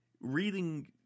reading